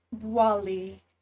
Wally